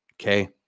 Okay